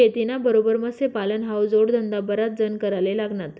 शेतीना बरोबर मत्स्यपालन हावू जोडधंदा बराच जण कराले लागनात